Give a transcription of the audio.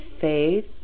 faith